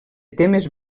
temes